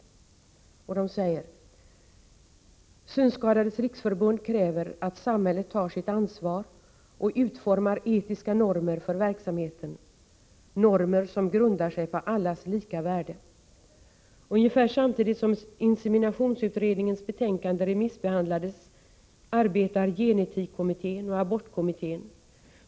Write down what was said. Där säger man: ”SRF kräver att samhället tar sitt ansvar och utformar etiska normer för verksamheten, normer som grundar sig på allas lika värde. Ungefär samtidigt som inseminationsutredningens betänkande remissbehandlades arbetar gen-etikkommittén och abortkommittén.